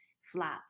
flap